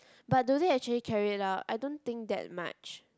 but do they actually carry it out I don't think that much